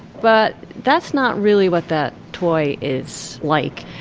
but that's not really what that toy is like